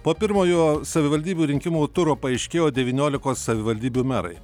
po pirmojo savivaldybių rinkimų turo paaiškėjo devyniolikos savivaldybių merai